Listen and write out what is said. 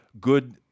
good –